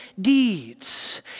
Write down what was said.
deeds